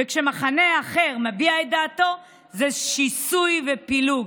וכשמחנה אחר מביע את דעתו זה שיסוי ופילוג.